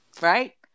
right